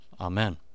Amen